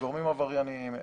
גורמים עברייניים,